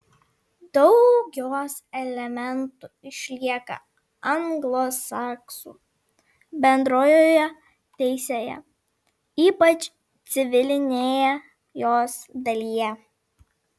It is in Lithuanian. daug jos elementų išlieka anglosaksų bendrojoje teisėje ypač civilinėje jos dalyje